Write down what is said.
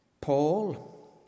Paul